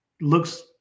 looks